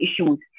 issues